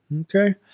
Okay